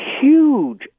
huge